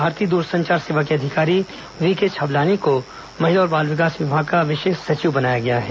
भारतीय दूरसंचार सेवा के अधिकारी वीके छबलानी को महिला और बाल विकास विभाग का विशेष सचिव बनाया गया है